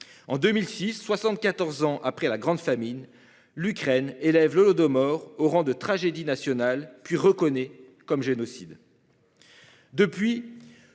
en 2006, 74 ans après la grande famine. L'Ukraine élève l'Holodomor au rang de tragédie nationale puis reconnaît comme génocide. Depuis.